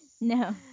No